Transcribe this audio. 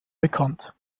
bekannt